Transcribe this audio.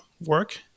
work